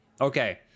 Okay